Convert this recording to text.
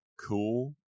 cool